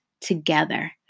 together